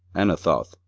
anathoth,